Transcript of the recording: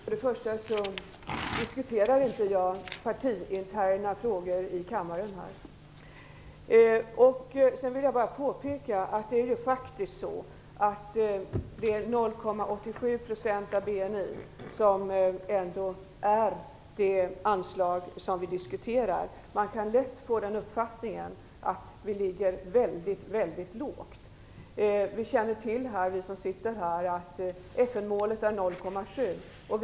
Fru talman! Jag diskuterar inte partiinterna frågor här i kammaren. Jag vill bara påpeka att det anslag vi diskuterar ändå uppgår till 0,87 % av BNI. Man kan lätt få uppfattningen att vi ligger mycket lågt. Vi som sitter här känner till att FN-målet är 0,7 %.